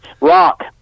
Rock